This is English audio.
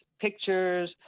pictures